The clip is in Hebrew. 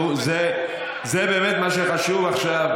נו, זה באמת מה שחשוב עכשיו?